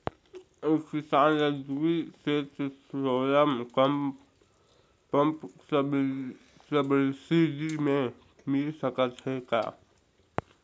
एक किसान ल दुई सेट सोलर पम्प सब्सिडी मे मिल सकत हे का?